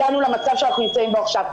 הגענו למצב שאנחנו נמצאים בו עכשיו.